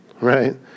right